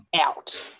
out